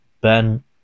Ben